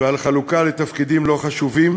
ועל חלוקה לתפקידים לא חשובים,